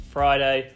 Friday